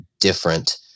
different